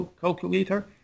calculator